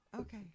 Okay